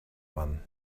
one